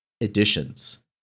additions